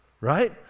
right